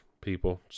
people